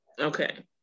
Okay